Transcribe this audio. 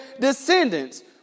descendants